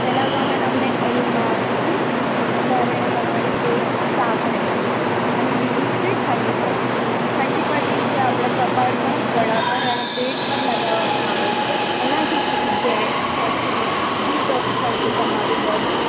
પહેલાં તો અમે તમને એનીમા આપીશું એના કારણે તમારું પેટ સાફ રહેશે અને બીજું છે ઠંડી પટ્ટી ઠંડી પટ્ટી જે આપણે કપાળ પર ગળા પર અને પેટ પર લગાવવામાં આવે છે એનાથી પણ ગૅસ ઍસિડિટી ડીટોક્સ થશે તમારું બૉડી